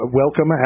welcome